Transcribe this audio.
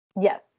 Yes